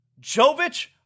Jovic